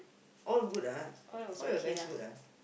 all good ah all your guys good ah